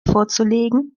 vorzulegen